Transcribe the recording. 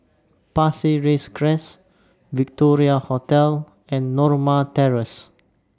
Pasir Ris Crest Victoria Hotel and Norma Terrace